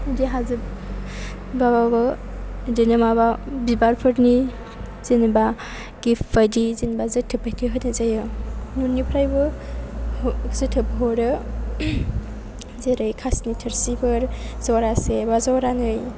बिदि हाजोबाबाबो बिदिनो माबा बिबारफोरनि जेनेबा गिफ्त बादि जेनेबा जोथोब बायदि होनाय जायो न'निफ्रायबो जोथोब हरो जेरै खासनि थोरसिफोर जरासे बा जरानै